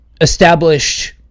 established